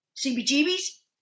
CBGB's